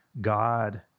God